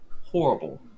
horrible